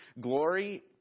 Glory